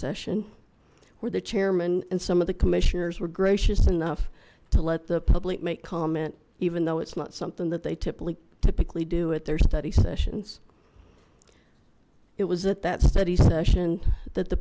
session where the chairman and some of the commissioners were gracious enough to let the public make comment even though it's not something that they typically typically do at their study sessions it was at that study session that the